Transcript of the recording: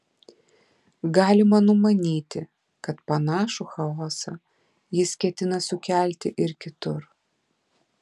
galima numanyti kad panašų chaosą jis ketina sukelti ir kitur